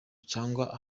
cyangwa